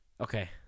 Okay